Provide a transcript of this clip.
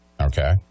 okay